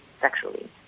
sexually